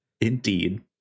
indeed